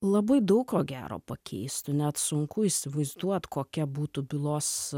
labai daug ko gero pakeistų net sunku įsivaizduot kokia būtų bylos